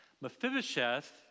Mephibosheth